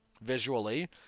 visually